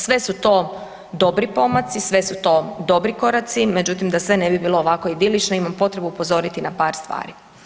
Sve su to dobri pomaci, sve su to dobri koraci, međutim, da sve ne bi bilo ovako idilično, imam potrebu upozoriti na par stvari.